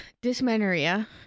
dysmenorrhea